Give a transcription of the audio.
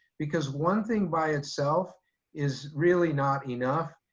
because one thing by itself is really not enough.